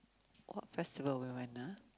what festival will I know